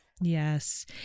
Yes